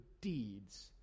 deeds